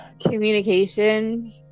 Communication